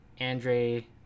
andre